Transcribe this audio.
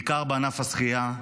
בעיקר בענף השחייה,